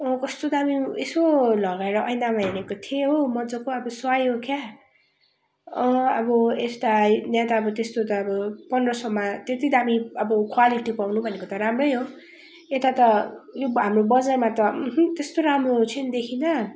कस्तो दामी यसो लगाएर ऐनामा हेरेको थिएँ हो मजाको अब सुहायो क्या अब यस्तो हाई यहाँ त अब त्यस्तो त अब पन्ध्र सयमा त्यति दामी अब क्वालिटी पाउनु भनेको त राम्रै हो यता त यो हाम्रो बजारमा अहँ त्यस्तो राम्रो चाहिँ देखिनँ